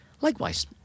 likewise